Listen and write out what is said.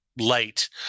light